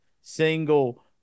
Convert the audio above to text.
single